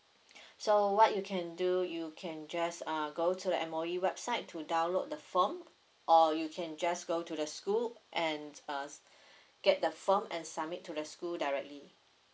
so what you can do you can just uh go to the M_O_E website to download the form or you can just go to the school and uh get the form and submit to the school directly